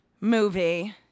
movie